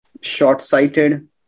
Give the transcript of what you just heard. short-sighted